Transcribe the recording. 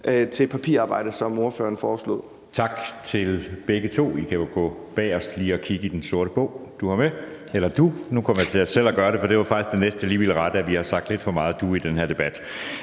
Kl. 16:28 Anden næstformand (Jeppe Søe): Tak til begge to. I kan jo gå om bagerst og lige kigge i den sorte bog, du har med – eller »du«, nu kom jeg til selv at gøre det, for det var faktisk det næste, jeg lige ville rette: Vi har sagt lidt for meget »du« i den her debat.